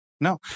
no